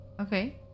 Okay